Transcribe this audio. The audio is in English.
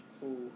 Cool